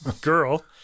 girl